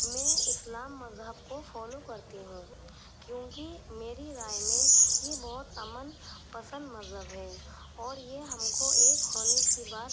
میں اسلام مذہب کو فالو کرتی ہوں کیونکہ میری رائے میں یہ بہت امن پسند مذہب ہے اور یہ ہم کو ایک ہونے کی بات